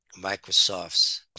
microsoft's